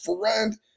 friend